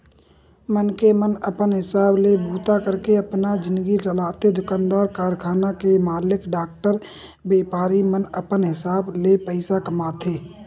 मनखे मन अपन हिसाब ले बूता करके अपन जिनगी चलाथे दुकानदार, कारखाना के मालिक, डॉक्टर, बेपारी मन अपन हिसाब ले पइसा कमाथे